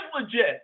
legit